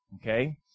Okay